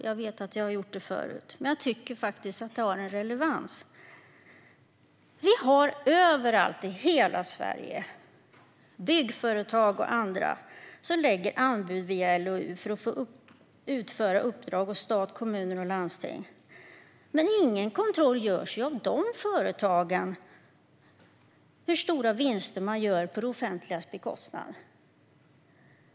Jag vet att jag har gjort det förr, men jag tycker att det har en relevans: Vi har överallt i hela Sverige byggföretag och andra som lägger anbud via LOU för att få utföra uppdrag åt stat, kommuner och landsting. Ingen kontroll görs av dessa företag och hur stora vinster de gör på det offentligas bekostnad.